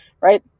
right